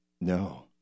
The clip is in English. No